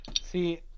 See